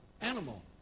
Animal